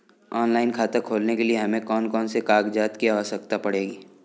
Online खाता खोलने के लिए हमें कौन कौन से कागजात की आवश्यकता पड़ेगी?